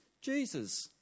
Jesus